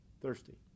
thirsty